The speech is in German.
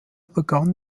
begann